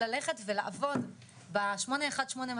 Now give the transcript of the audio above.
ללכת ולעבוד ב-818200,